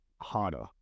harder